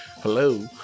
Hello